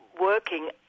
working